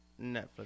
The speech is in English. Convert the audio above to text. Netflix